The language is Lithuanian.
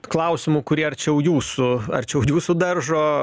klausimų kurie arčiau jūsų arčiau jūsų daržo